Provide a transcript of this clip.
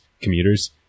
commuters